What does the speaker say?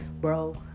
bro